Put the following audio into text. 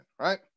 right